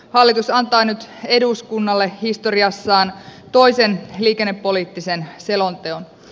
hallitus antaa nyt eduskunnalle historian toisen liikennepoliittisen selonteon